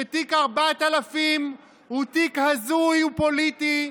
שתיק 4000 הוא תיק הזוי ופוליטי,